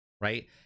right